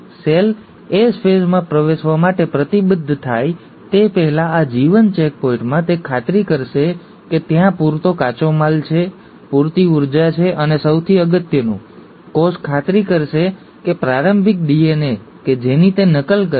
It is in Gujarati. સેલ એસ ફેઝમાં પ્રવેશવા માટે પ્રતિબદ્ધ થાય તે પહેલાં અને આ G1 ચેકપોઇન્ટમાં તે ખાતરી કરશે કે ત્યાં પૂરતો કાચો માલ છે પૂરતી ઊર્જા છે અને સૌથી અગત્યનું કોષ ખાતરી કરશે કે પ્રારંભિક ડીએનએ કે જેની તે નકલ કરશે